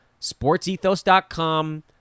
Sportsethos.com